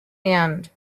end